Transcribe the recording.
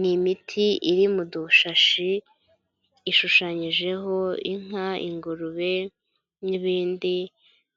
Ni imiti iri mu dushashi ishushanyijeho inka, ingurube n'ibindi,